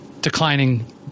declining